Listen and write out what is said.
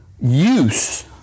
use